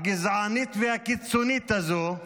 הגזענית והקיצונית הזו,